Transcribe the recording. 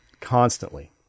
constantly